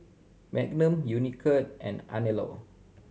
Magnum Unicurd and Anello